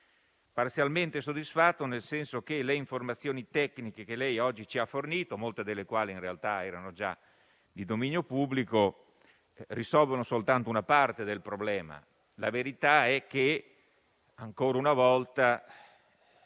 parzialmente soddisfatto della sua risposta, in quanto le informazioni tecniche che lei oggi ci ha fornito, molte delle quali in realtà erano già di dominio pubblico, risolvono soltanto una parte del problema. La verità è che, ancora una volta,